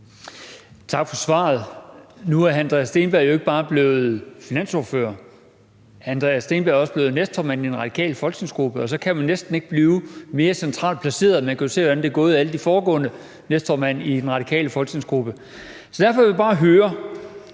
Tak for svaret. Nu er hr. Andreas Steenberg jo ikke bare blevet finansordfører. Andreas Steenberg er også blevet næstformand i den radikale folketingsgruppe, og så kan man næsten ikke blive mere centralt placeret. Man kan jo se, hvordan det er gået alle de foregående næstformænd i den radikale folketingsgruppe. Men hvor positivt det